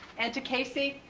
and to casey,